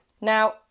Now